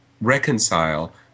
reconcile